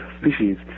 species